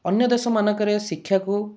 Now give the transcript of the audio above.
ଅନ୍ୟ ଦେଶମାନଙ୍କରେ ଶିକ୍ଷାକୁ